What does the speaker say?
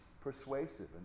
persuasive